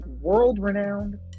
world-renowned